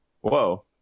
whoa